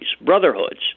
brotherhoods